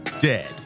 dead